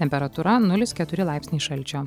temperatūra nulis keturi laipsniai šalčio